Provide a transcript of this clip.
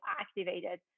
activated